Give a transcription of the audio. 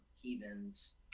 heathens